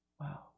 Wow